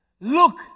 Look